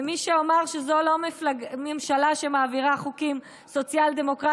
ומי שאמר שזו לא ממשלה שמעבירה החוקים סוציאל-דמוקרטיים,